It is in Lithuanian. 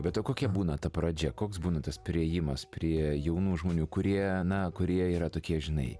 bet o kokia būna ta pradžia koks būna tas priėjimas prie jaunų žmonių kurie na kurie yra tokie žinai